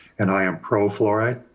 and i am pro fluoride.